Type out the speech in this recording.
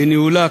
בניהולה,